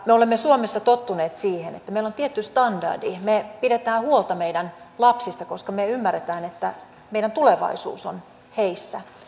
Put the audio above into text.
me olemme suomessa tottuneet siihen että meillä on tietty standardi me pidämme huolta meidän lapsistamme koska me ymmärrämme että meidän tulevaisuutemme on heissä